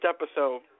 episode